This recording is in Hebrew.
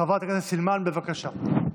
חברת הכנסת סילמן, בבקשה.